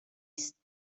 است